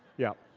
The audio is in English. yeah.